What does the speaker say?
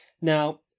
Now